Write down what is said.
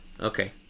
Okay